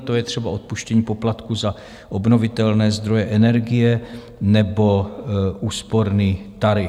To je třeba odpuštění poplatku za obnovitelné zdroje energie nebo úsporný tarif.